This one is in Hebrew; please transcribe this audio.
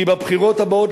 כי בבחירות הבאות,